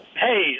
Hey